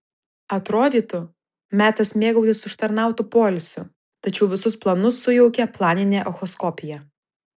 atrodytų metas mėgautis užtarnautu poilsiu tačiau visus planus sujaukė planinė echoskopija